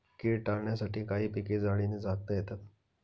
कीड टाळण्यासाठी काही पिके जाळीने झाकता येतात